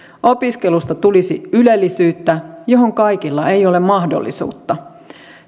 opiskelusta tulisi ylellisyyttä johon kaikilla ei ole mahdollisuutta